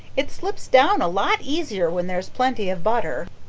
it slips down a lot easier when there's plenty of butter.